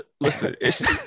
listen